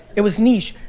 it was niche.